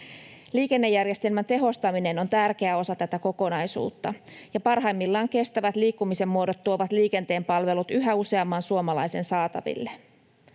Liikennejärjestelmän tehostaminen on tärkeä osa tätä kokonaisuutta, ja parhaimmillaan kestävät liikkumisen muodot tuovat liikenteen palvelut yhä useamman suomalaisen saataville.